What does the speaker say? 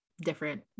different